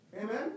Amen